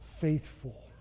faithful